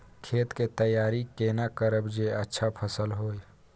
खेत के तैयारी केना करब जे अच्छा फसल होय?